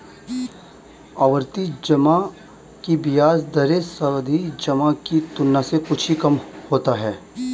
आवर्ती जमा की ब्याज दरें सावधि जमा की तुलना में कुछ ही कम होती हैं